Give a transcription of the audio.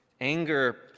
anger